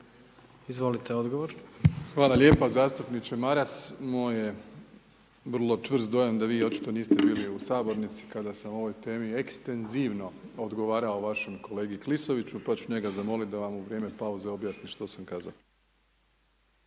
Andrej (HDZ)** Hvala lijepa, zastupniče Maras, moj je vrlo čvrst dojam da vi očito niste bili u sabornici kada sam o ovoj temi ekstenzivno odgovarao vašem kolegi Klisoviću, pa ću njega zamoliti da vam u vrijeme pauze objasni što sam kazao.